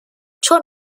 چون